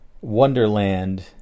wonderland